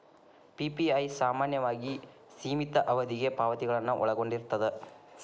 PPI ಸಾಮಾನ್ಯವಾಗಿ ಸೇಮಿತ ಅವಧಿಗೆ ಪಾವತಿಗಳನ್ನ ಒಳಗೊಂಡಿರ್ತದ